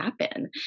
happen